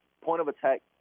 point-of-attack